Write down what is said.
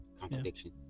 contradiction